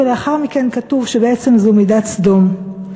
ולאחר מכן כתוב שבעצם זו מידת סדום,